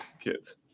kids